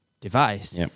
Device